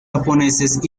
japoneses